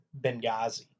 Benghazi